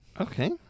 Okay